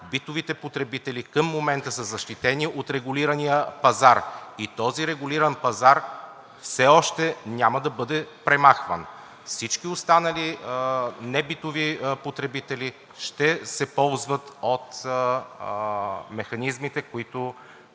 битовите потребители към момента са защитени от регулирания пазар и този регулиран пазар все още няма да бъде премахван. Всички останали небитови потребители ще се ползват от механизмите, които